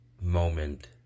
moment